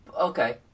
Okay